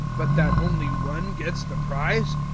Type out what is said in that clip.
but that only one gets the prize?